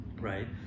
right